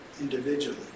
individually